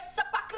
יש ספק לצה"ל.